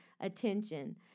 attention